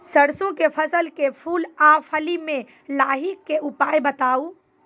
सरसों के फसल के फूल आ फली मे लाहीक के उपाय बताऊ?